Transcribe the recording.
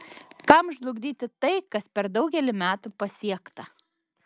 kam žlugdyti tai kas per daugelį metų pasiekta